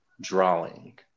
drawing